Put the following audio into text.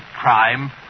crime